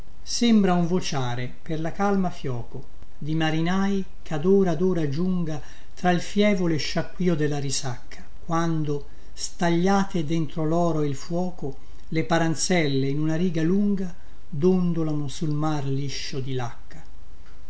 sembra un vociare per la calma fioco di marinai chad ora ad ora giunga tra l fievole sciacquìo della risacca quando stagliate dentro loro e il fuoco le paranzelle in una riga lunga dondolano sul mar liscio di lacca